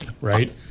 right